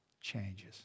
changes